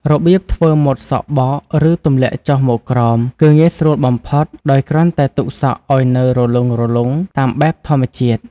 របៀបធ្វើម៉ូតសក់បក ឬទម្លាក់ចុះមកក្រោម គឺងាយស្រួលបំផុត ដោយគ្រាន់តែទុកសក់ឱ្យនៅរលុងៗ តាមបែបធម្មជាតិ។